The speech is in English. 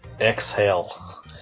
exhale